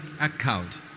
account